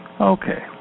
Okay